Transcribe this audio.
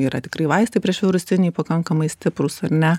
yra tikrai vaistai priešvirusiniai pakankamai stiprūs ar ne